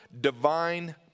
divine